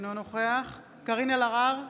אינו נוכח קארין אלהרר,